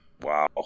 Wow